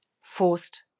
Forced